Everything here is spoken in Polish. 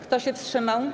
Kto się wstrzymał?